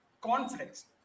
conflicts